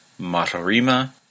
Matarima